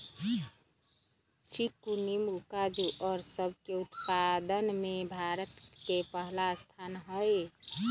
चीकू नींबू काजू और सब के उत्पादन में भारत के पहला स्थान हई